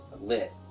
lit